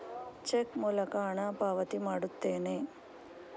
check ಮೂಲಕ ಹಣ ಪಾವತಿ ಮಾಡುತ್ತೇನೆ